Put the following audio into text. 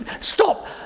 Stop